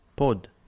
Pod